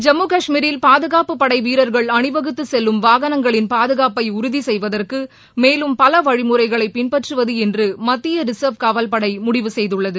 ஜம்மு காஷ்மீரில் பாதுகாப்பு படை வீரர்கள் அணிவகுத்து செல்லும் வாகனங்களின் பாதுகாப்பை உறுதி செய்வதற்கு மேலும் பல வழிமுறைகளை பின்பற்றுவது என்று மத்திய ரிசர்வ் காவல் படை முடிவு செய்துள்ளது